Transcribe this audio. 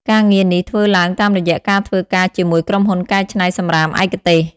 ការងារនេះធ្វើឡើងតាមរយៈការធ្វើការជាមួយក្រុមហ៊ុនកែច្នៃសំរាមឯកទេស។